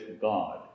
God